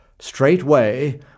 straightway